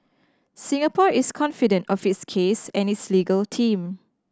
Singapore is confident of its case and its legal team